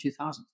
2000